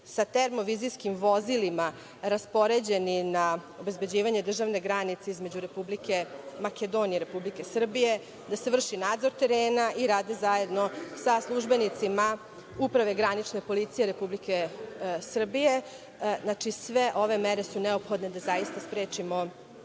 sa termovizijskim vozilima raspoređeni na obezbeđivanje državne granice između Republike Makedonije i Republike Srbije, da se vrši nadzor terena i radi zajedno sa službenicima uprave granične policije Republike Srbije. Znači, sve ove mere su neophodne da zaista sprečimo